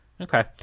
Okay